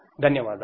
ధన్యవాదాలు